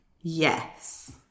Yes